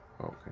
Okay